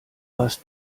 hast